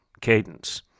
cadence